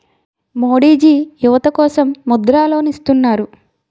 మోడీజీ యువత కోసం ముద్ర లోన్ ఇత్తన్నారు